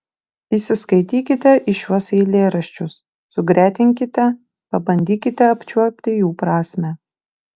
įsiskaitykite į šiuos eilėraščius sugretinkite pabandykite apčiuopti jų prasmę